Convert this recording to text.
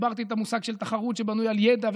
הסברתי את המושג של תחרות שבנויה על ידע,